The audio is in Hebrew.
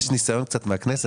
יש ניסיון קצת מהכנסת,